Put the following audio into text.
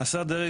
השר דרעי,